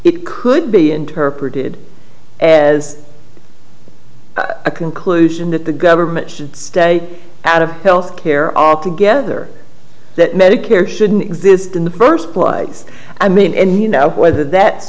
it could be interpreted as a conclusion that the government should stay out of health care are together that medicare shouldn't exist in the first place i mean and you know whether that's